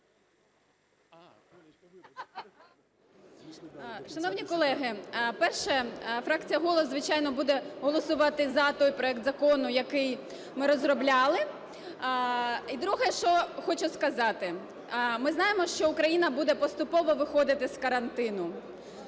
Шановні колеги, перше. Фракція "Голос", звичайно, буде голосувати за той проект закону, який ми розробляли. І друге, що хочу сказати. Ми знаємо, що Україна буде поступово виходити з карантину,